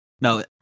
no